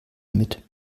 mit